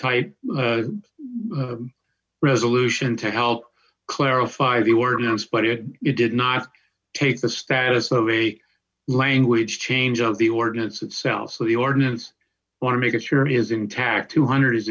type resolution to help clarify the ordinance but it it did not take the status of a language change of the ordinance itself so the ordinance want to make it sure is intact two hundred is